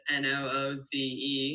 n-o-o-z-e